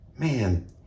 man